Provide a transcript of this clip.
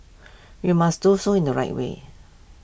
we must do so in the right way